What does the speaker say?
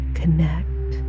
connect